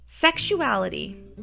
Sexuality